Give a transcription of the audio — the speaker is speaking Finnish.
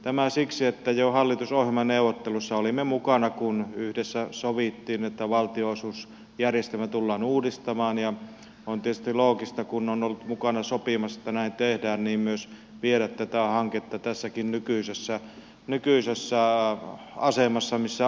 tämä siksi että jo hallitusohjelmaneuvotteluissa olimme mukana kun yhdessä sovittiin että valtionosuusjärjestelmä tullaan uudistamaan ja on tietysti loogista kun on ollut mukana sopimassa että näin tehdään myös viedä tätä hanketta tässä nykyisessäkin asemassa missä olemme